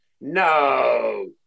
No